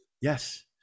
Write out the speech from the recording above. Yes